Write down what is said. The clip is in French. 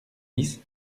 dix